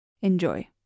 Enjoy